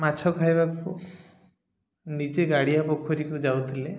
ମାଛ ଖାଇବାକୁ ନିଜେ ଗାଡ଼ିଆ ପୋଖରୀକୁ ଯାଉଥିଲେ